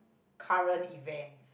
current event